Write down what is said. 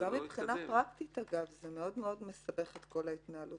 זה לא יתקדם.